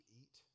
eat